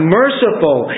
merciful